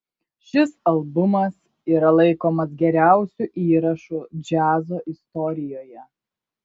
šis albumas yra laikomas geriausiu įrašu džiazo istorijoje